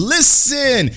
Listen